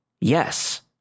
Yes